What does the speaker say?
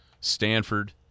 Stanford